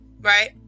Right